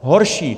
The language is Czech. Horší.